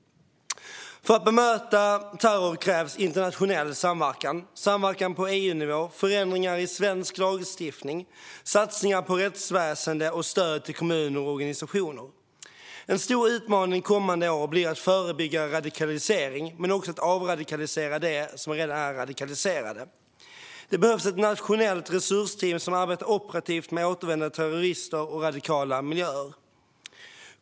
För att bemöta terror krävs internationell samverkan, samverkan på EU-nivå, förändringar i svensk lagstiftning, satsningar på rättsväsendet och stöd till kommuner och organisationer. En stor utmaning kommande år blir att förebygga radikalisering men också avradikalisera dem som redan är radikaliserade. Det behövs ett nationellt resursteam som arbetar operativt med återvändande terrorister och radikala miljöer.